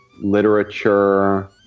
literature